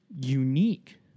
unique